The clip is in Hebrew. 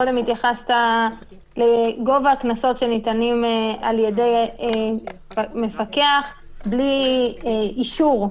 קודם התייחסת לגובה הקנסות שניתנים על ידי מפקח בלי אישור,